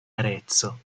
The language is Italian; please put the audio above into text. arezzo